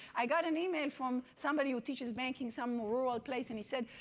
i got an email from somebody who teaches backing, some rural place. and he said,